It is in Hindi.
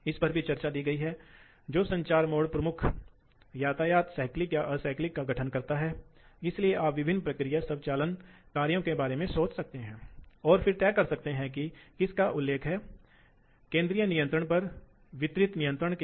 और हमने इस पर चर्चा की है ऐसा क्यों है कि लोड आवश्यकताओं को आम तौर पर परवलयिक दबाव प्रवाह विशेषताओं के रूप में दिखाया गया है और तीसरा यह है कि इस विशेषता से यह दिलचस्प होगा अगर आप पा सकते हैं कि दक्षता कैसे भिन्न होती है क्या यह बढ़ जाती है क्या प्रवाह कम होने से यह कम हो जाता है